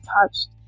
touched